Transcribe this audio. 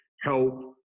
help